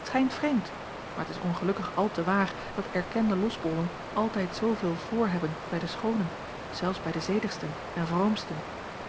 t schijnt vreemd maar t is ongelukkig al te waar dat erkende losbollen altijd zooveel voor hebben bij de schoonen zelfs bij de zedigsten en